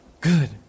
Good